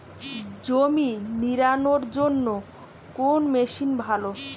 জমি নিড়ানোর জন্য কোন মেশিন ভালো?